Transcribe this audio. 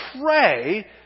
pray